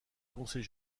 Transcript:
conseil